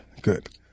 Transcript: good